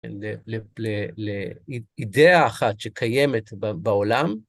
לאידאה אחת שקיימת בעולם.